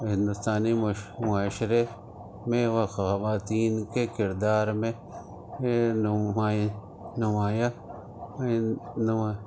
ہندوستانی معاشرے میں خواتین کے کردار میں نمایاں